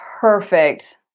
perfect